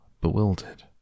bewildered